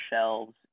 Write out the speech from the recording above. shelves